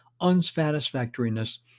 unsatisfactoriness